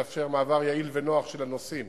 יתאפשר מעבר יעיל ונוח של הנוסעים